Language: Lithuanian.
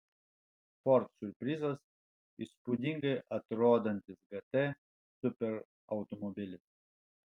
ford siurprizas įspūdingai atrodantis gt superautomobilis